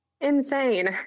insane